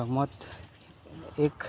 રમત એક